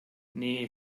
nee